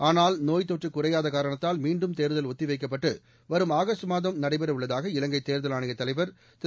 ஆனால் நோய்த்தொற்று குறையாத காரணத்தால் மீண்டும் தேர்தல் ஒத்தி வைக்கப்பட்டு வரும் ஆகஸட் மாதம் நடைபெற உள்ளதாக இலங்கை தோதல் ஆணையத் தலைவர் திரு